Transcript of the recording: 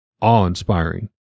awe-inspiring